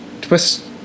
Twist